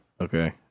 Okay